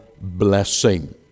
blessing